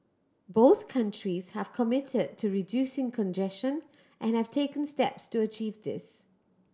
both countries have committed to reducing congestion and have taken steps to achieve this